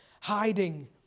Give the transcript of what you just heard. hiding